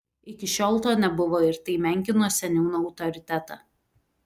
iki šiol to nebuvo ir tai menkino seniūno autoritetą